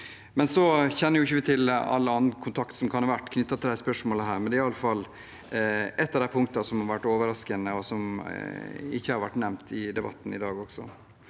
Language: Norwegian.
Vi kjenner ikke til all annen kontakt som kan ha vært knyttet til disse spørsmålene, men det er iallfall ett av punktene som har vært overraskende, og som heller ikke har vært nevnt i debatten i dag.